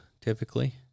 typically